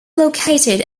located